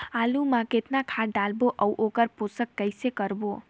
आलू मा कतना खाद लगाबो अउ ओकर पोषण कइसे करबो?